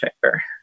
fair